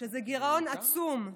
שזה גירעון עצום,